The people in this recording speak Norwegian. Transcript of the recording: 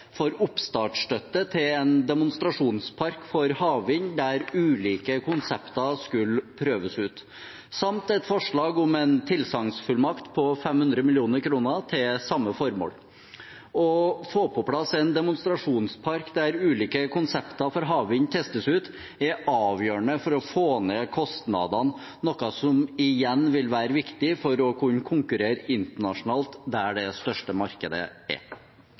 til en demonstrasjonspark for havvind, der ulike konsepter skulle prøves ut, samt en tilsagnsfullmakt på 500 mill. kr til samme formål. Å få på plass en demonstrasjonspark der ulike konsepter for havvind testes ut, er avgjørende for å få ned kostnadene, noe som igjen vil være viktig for å kunne konkurrere internasjonalt, der det største markedet er.